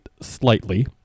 slightly